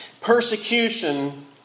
persecution